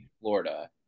Florida